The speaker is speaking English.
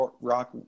Rock